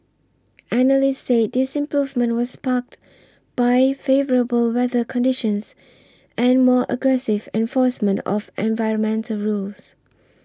analysts said this improvement was sparked by favourable weather conditions and more aggressive enforcement of environmental rules